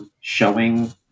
showing